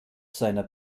seiner